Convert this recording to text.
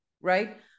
right